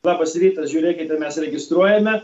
labas rytas žiūrėkite mes registruojame